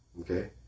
Okay